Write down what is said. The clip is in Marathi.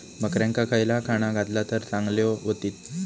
बकऱ्यांका खयला खाणा घातला तर चांगल्यो व्हतील?